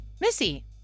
missy